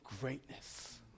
greatness